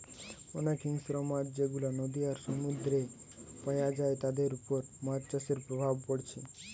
অনেক হিংস্র মাছ যেগুলা নদী আর সমুদ্রেতে পায়া যায় তাদের উপর মাছ চাষের প্রভাব পড়ছে